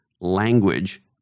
Language